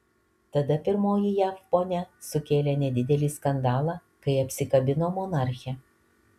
tada pirmoji jav ponia sukėlė nedidelį skandalą kai apsikabino monarchę